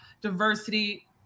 Diversity